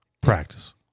Practice